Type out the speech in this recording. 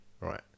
Right